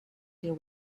deal